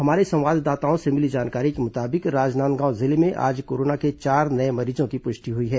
हमारे संवाददाताओं से मिली जानकारी को मुताबिक राजनांदगांव जिले में आज कोरोना के चार नए मरीजों की पुष्टि हुई है